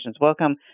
Welcome